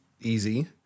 easy